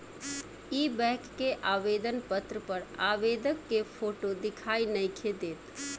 इ बैक के आवेदन पत्र पर आवेदक के फोटो दिखाई नइखे देत